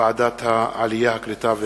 ועדת העלייה, הקליטה והתפוצות,